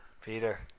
Peter